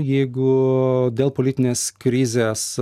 jeigu dėl politinės krizės